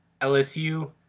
LSU